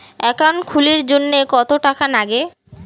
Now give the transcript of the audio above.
Account খুলির জন্যে কত টাকা নাগে?